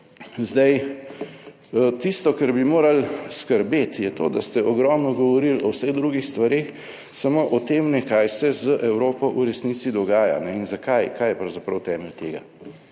Zdaj, tisto kar bi morali skrbeti je to, da ste ogromno govorili o vseh drugih stvareh, samo o tem ne kaj se z Evropo v resnici dogaja in zakaj, kaj je pravzaprav temelj tega.